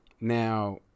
now